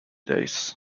days